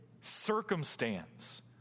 circumstance